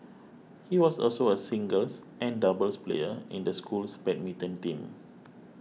he was also a singles and doubles player in the school's badminton team